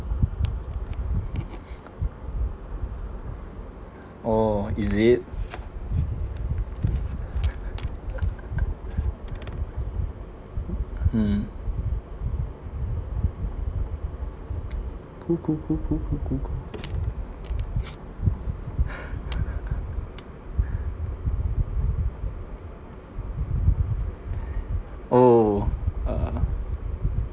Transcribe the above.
oh is it mm cool cool cool cool cool cool cool oh uh